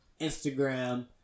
Instagram